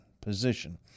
position